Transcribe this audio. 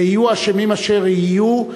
ויהיו האשמים אשר יהיו?